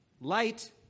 Light